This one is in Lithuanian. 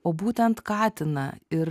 o būtent katiną ir